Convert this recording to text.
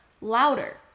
louder